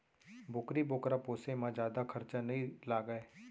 बोकरी बोकरा पोसे म जादा खरचा नइ लागय